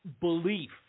belief